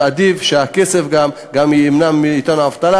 שעדיף שהכסף גם ימנע אבטלה,